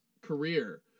career